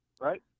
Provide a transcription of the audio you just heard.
right